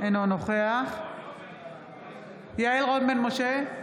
אינו נוכח יעל רון בן משה,